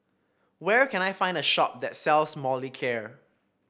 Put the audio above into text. where can I find a shop that sells Molicare